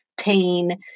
pain